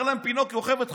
אומר להם פינוקיו: חבר'ה,